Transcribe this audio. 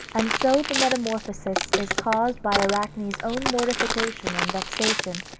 and so the metamorphosis is caused by arachne's own mortification and vexation,